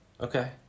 Okay